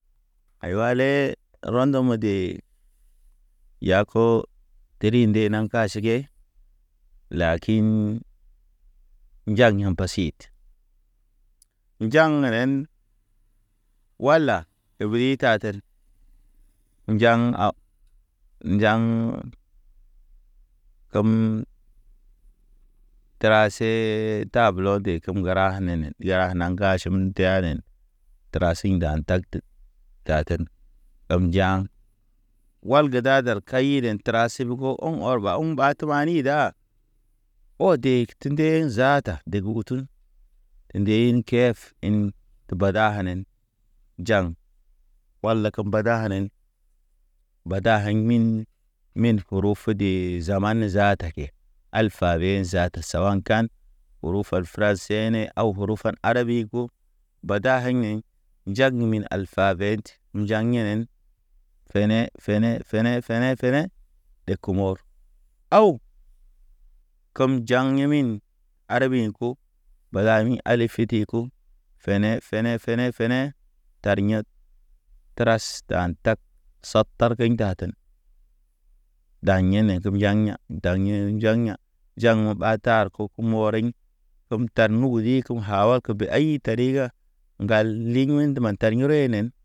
Aywa le rɔndɔme de, ya ko tiri nde naŋ ka ʃege, lakiin njag yaŋ pasit. Njaŋ ren wala de veri taten njaŋ a njaŋ kem, trase tablo de kem. Tum gəra nenen ɗiya naŋ gaʃem teyanen. Trasiŋ ɗan tag tek taten aw njaŋ wal ge dadel ka i ren trasib ge ɔŋ ɔr ba uŋ ba tumani da. O de tende zaata deg utun te ndehin kef in te bada anen jaŋ. Wala ke mbada anen, bada haŋ min min koro fode zaman zaata ke alfabe zaata sawa an kaŋ. Uru fal fəra seene aw furu fan arabi ko. Bada hay ɲeɲ njag min alfabe njaŋ inen fene fene fene fene. Ɗek mɔr, aw kem jaŋ yemin arabi in ko, Bodami ali fiti ko fene fene fene fene. Tar ɲat tras tan tak sat tarteɲ ndaten, daŋ yene kem yaŋ ya daŋ ye njaŋ ya̰. Jaŋ mo̰ ɓa tar ko kumɔ ɔriŋ tum tar mugi kem hawal ke be ayi ta ri ga. Ŋgal ligme ge mantar ɲoro enen.